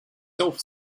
self